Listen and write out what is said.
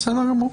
בסדר גמור.